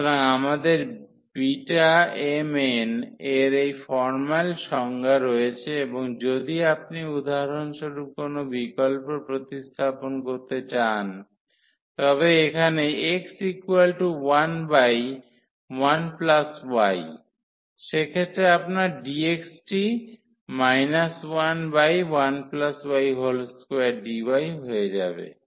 সুতরাং আমাদের Bmn এর এই ফর্ম্যাল সংজ্ঞা রয়েছে এবং যদি আপনি উদাহরণস্বরূপ কোন বিকল্প প্রতিস্থাপন করতে চান তবে এখানে x11y সেক্ষেত্রে আপনার dx টি 11y2dy হয়ে যাবে